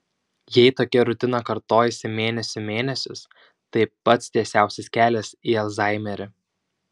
jei tokia rutina kartojasi mėnesių mėnesius tai pats tiesiausias kelias į alzhaimerį